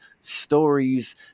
stories